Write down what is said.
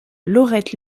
laurette